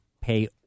pay